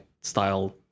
style